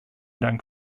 dank